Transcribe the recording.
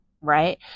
right